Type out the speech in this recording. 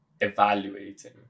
evaluating